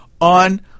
on